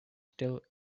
still